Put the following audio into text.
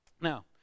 now